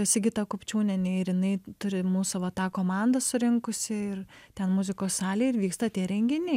sigita kupčiūnienė ir jinai turi mūsų va tą komanda surinkusi ir ten muzikos salėj ir vyksta tie renginiai